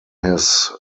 his